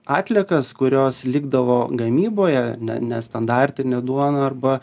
atliekas kurios likdavo gamyboje ne nestandartinė duona arba